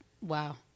wow